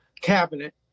cabinet